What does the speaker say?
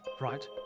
right